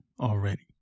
already